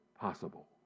possible